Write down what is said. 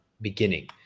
beginning